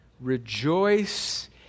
Rejoice